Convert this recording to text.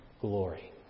glory